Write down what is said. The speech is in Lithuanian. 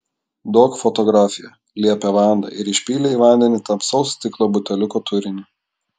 duok fotografiją liepė vanda ir išpylė į vandenį tamsaus stiklo buteliuko turinį